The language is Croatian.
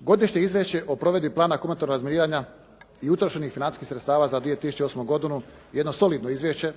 Godišnje izvješće o provedbi humanitarnog razminiranja i utrošenih financijskih sredstava za 2008. godinu je jedno solidno izvješće